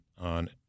on